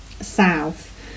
south